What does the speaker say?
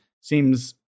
seems